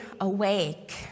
awake